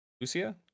Lucia